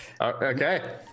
okay